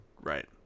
Right